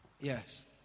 Yes